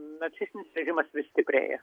nacistinis režimas vis stiprėja